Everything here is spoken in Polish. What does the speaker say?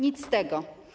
Nic z tego.